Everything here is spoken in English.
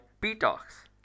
P-Talks